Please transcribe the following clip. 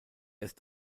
ist